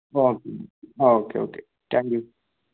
ആ okay okay okay thank you